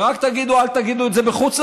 ורק תגידו: אל תגידו את זה בחוץ-לארץ,